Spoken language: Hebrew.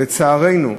לצערנו,